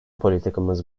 politikamız